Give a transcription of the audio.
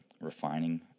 refining